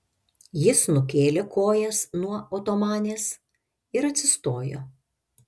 jis nukėlė kojas nuo otomanės ir atsistojo